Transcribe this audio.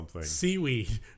seaweed